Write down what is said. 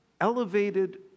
elevated